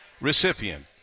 recipient